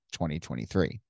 2023